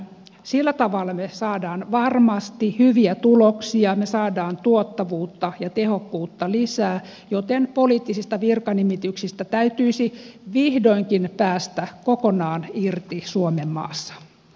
sillä tavalla me saamme varmasti hyviä tuloksia me saamme tuottavuutta ja tehokkuutta lisää joten poliittisista virkanimityksistä täytyisi vihdoinkin päästä kokonaan irti suomenmaassa